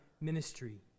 ministry